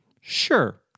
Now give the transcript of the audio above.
Sure